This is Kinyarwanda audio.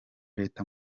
leta